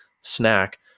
Snack